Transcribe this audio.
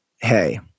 hey